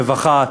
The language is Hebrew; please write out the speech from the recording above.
רווחה,